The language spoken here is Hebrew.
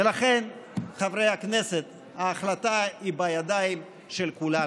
ולכן, חברי הכנסת, ההחלטה היא בידיים של כולנו.